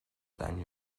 than